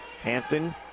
Hampton